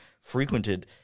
frequented